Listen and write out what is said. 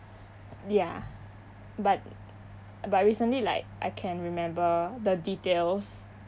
ya but but recently like I can remember the details